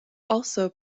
also